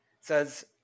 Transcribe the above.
says